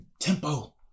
tempo